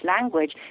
language